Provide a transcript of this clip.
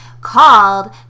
called